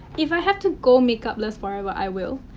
if i have to go makeup-less forever, i will.